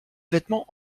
vêtements